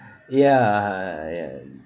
ya ya